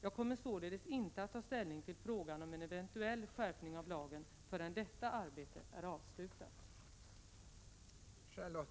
Jag kommer således inte att ta ställning till frågan om en eventuell skärpning av lagen förrän detta arbete är avslutat.